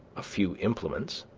a few implements,